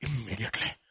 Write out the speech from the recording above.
Immediately